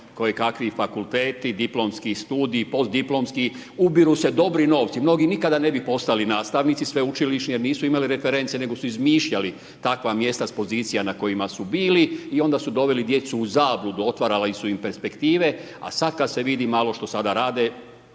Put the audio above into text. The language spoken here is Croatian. kojekakvi fakulteti, diplomski studiji, postdiplomski. Ubiru se dobri novci. Mnogi nikada ne bi postali nastavnici sveučilišni jer nisu imali reference, nego su izmišljali takva mjesta s pozicija na kojima su bili i onda su doveli djecu u zabludu, otvarali su im perspektive, a sada kada se vidi što sada rade